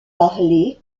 parlers